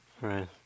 right